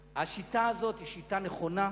השיטה הזאת היא שיטה נכונה,